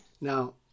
Now